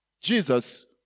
Jesus